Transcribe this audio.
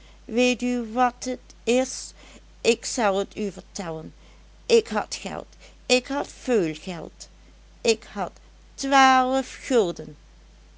weet u wat et is ik zel et u vertellen ik had geld ik had veul geld ik had twaalf gulden